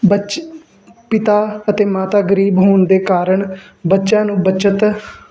ਬਚ ਪਿਤਾ ਅਤੇ ਮਾਤਾ ਗਰੀਬ ਹੋਣ ਦੇ ਕਾਰਨ ਬੱਚਿਆਂ ਨੂੰ ਬੱਚਤ